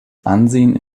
ansehen